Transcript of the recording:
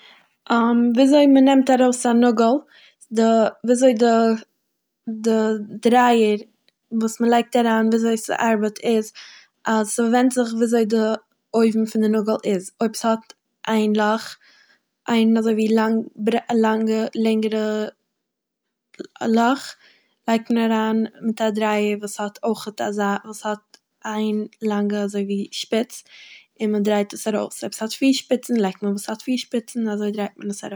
וויזוי מ'נעמט ארויס א נאגל, די וויזוי די די דרייער וואס מ'לייגט אריין, וויזוי ס'ארבעט איז אז ס'ווענדט זיך וויזוי די אויבן פון די נאגל איז. אויב ס'האט איין לאך איין אזויווי לאנג- בריי- א לאנגע- לענגערע לאך לייגט מען אריין מיט א דרייער וואס האט אזא- וואס האט איין לאנגע אזויווי שפיץ און מ'דרייט עס ארויס. אויב ס'האט פיר שפיצן לייגט מען וואס ס'האט פיר שפיצן און אזוי דרייט מען עס ארויס.